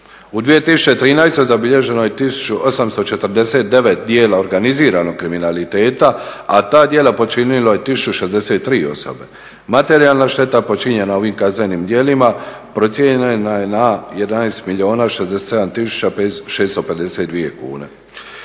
U 2013. zabilježeno je 1849 djela organiziranog kriminaliteta, a ta djela počinilo je 1063 osobe. Materijalna šteta počinjena ovim kaznenim djelima procijenjena je na 11 milijuna